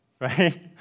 right